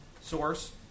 source